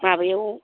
माबायाव